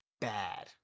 bad